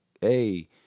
hey